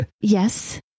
Yes